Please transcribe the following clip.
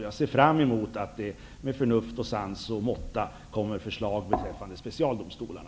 Jag ser fram emot att det -- med förnuft, sans och måtta -- kommer förslag om specialdomstolarna.